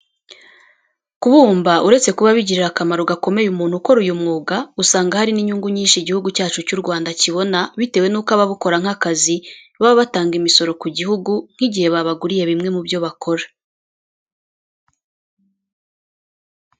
Ku bumba uretse kuba bigirira akamaro gakomeye umuntu ukora uyu mwuga, usanga hari n'inyungu nyinshi igihugu cyacu cy'u Rwanda kibona bitewe nuko ababukora nk'akazi, baba batanga imisoro ku gihugu nk'igihe babaguriye bimwe mu byo bakora.